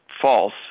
false